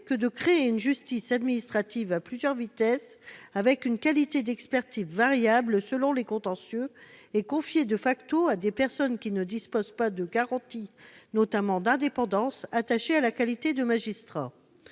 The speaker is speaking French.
que de créer une justice administrative à plusieurs vitesses, avec une qualité d'expertise variable selon les contentieux et confiée à des personnes qui ne disposent pas des garanties, notamment d'indépendance, attachées à la qualité de magistrat.